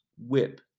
Whip